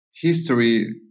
history